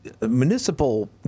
Municipal